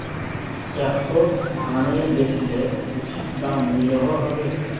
पैक्सोत धानेर बेचले उचित दाम मिलोहो होबे?